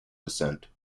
descent